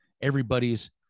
everybody's